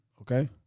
okay